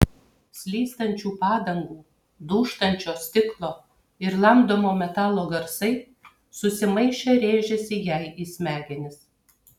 slystančių padangų dūžtančio stiklo ir lamdomo metalo garsai susimaišę rėžėsi jai į smegenis